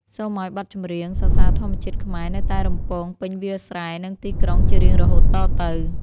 សូមឱ្យបទចម្រៀងសរសើរធម្មជាតិខ្មែរ នៅតែរំពងពេញវាលស្រែ និងទីក្រុងជារៀងរហូតតទៅ។